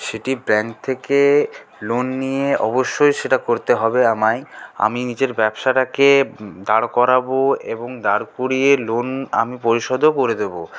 সেটি ব্যাংক থেকে লোন নিয়ে অবশ্যই সেটা করতে হবে আমায় আমি নিজের ব্যবসাটাকে দাঁড় করাবো এবং দাঁড় করিয়ে লোন আমি পরিশোধও করে দেব